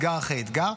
אתגר אחרי אתגר.